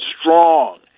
strong